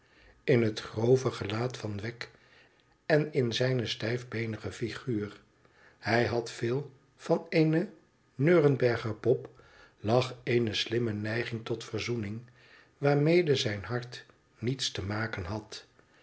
in het grove gelaat van wegg en in zijne stijfbeenige figuur hij had veel van eene neurenberger pop lag eene slimme neiging tot verzoening waarroede zijn hart niets te maken had